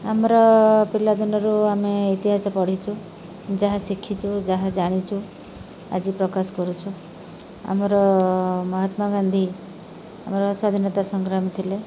ଆମର ପିଲାଦିନରୁ ଆମେ ଇତିହାସ ପଢ଼ିଛୁ ଯାହା ଶିଖିଛୁ ଯାହା ଜାଣିଛୁ ଆଜି ପ୍ରକାଶ କରୁଛୁ ଆମର ମହାତ୍ମାଗାନ୍ଧୀ ଆମର ସ୍ୱାଧୀନତା ସଂଗ୍ରାମୀ ଥିଲେ